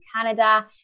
Canada